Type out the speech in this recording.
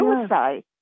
suicide